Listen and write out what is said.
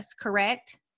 correct